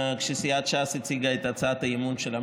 כשסיעת ש"ס הציגה את הצעת האי-אמון שלה.